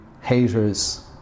haters